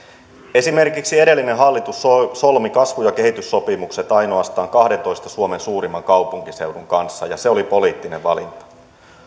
esimerkiksi edellinen hallitus solmi solmi kasvu ja kehityssopimukset ainoastaan kahdentoista suomen suurimman kaupunkiseudun kanssa ja se oli poliittinen valinta